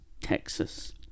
Texas